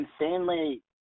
insanely